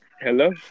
Hello